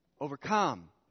overcome